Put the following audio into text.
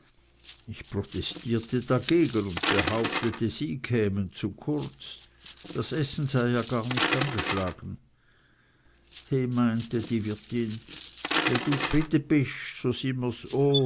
ich protestierte dagegen und behauptete sie kämen zu kurz das essen sei ja gar nicht angeschlagen he meinte die wirtin we du z'friede